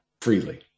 freely